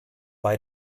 bei